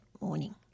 morning